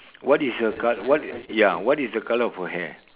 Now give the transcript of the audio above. what is the col~ what ya what is the colour of her hair